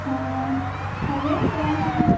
অঁ ভালেই বেয়া নহয়